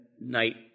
night